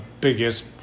biggest